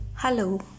Hello